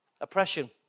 Oppression